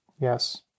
Yes